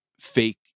fake